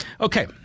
Okay